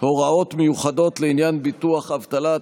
(הוראות מיוחדות לעניין ביטוח אבטלה),